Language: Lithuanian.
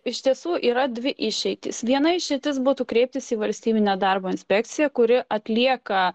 iš tiesų yra dvi išeitys viena išeitis būtų kreiptis į valstybinę darbo inspekciją kuri atlieka